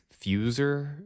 Fuser